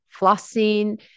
flossing